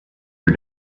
for